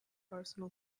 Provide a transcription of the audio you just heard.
arsenal